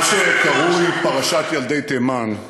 מה שקרוי "פרשת ילדי תימן",